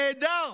נהדר.